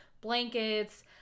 blankets